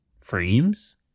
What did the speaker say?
frames